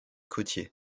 côtiers